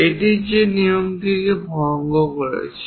এটি যে নিয়মটি ভঙ্গ করছে